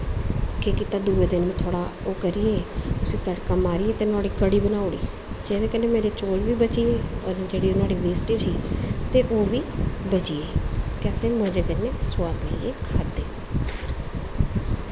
केह् कीता दूए दिन थोह्ड़ा ओह् करियै उसी तड़का मारियै ते नोहाड़ी कढ़ी बनाई ओड़ी जेह्दे कन्नै मेरे चौल बी बची गे होर जेह्ड़ी नोहाड़ी वेस्टेज़ ही ते ओह् बी बची गेई ते असें मज़े कन्नै सोआद लाइयै खाद्धे